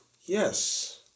yes